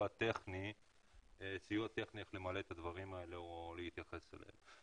טכני איך למלא את הדברים האלה או להתייחס אליהם.